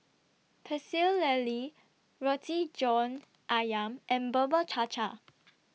Pecel Lele Roti John Ayam and Bubur Cha Cha